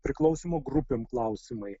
priklausymo grupėm klausimai